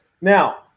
Now